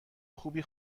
خوبی